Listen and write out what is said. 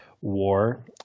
war